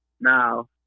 Now